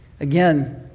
again